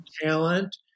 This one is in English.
talent